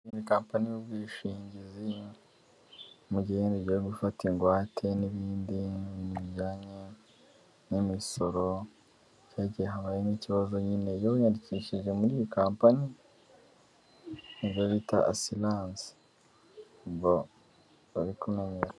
Kampani y'ubwishingizi mu gihe ugiye gufata ingwate n'ibindi bijyanye n'imisoro, habayeho n'ikibazo nyine, iyo wiyandikishije muri iyi kompani, niyo bira asurance bari kumwe.